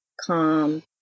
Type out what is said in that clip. calm